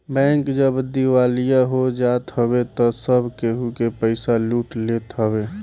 bank जब दिवालिया हो जात हवे तअ सब केहू के पईसा लूट लेत हवे